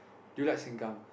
do you like sengkang